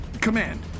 Command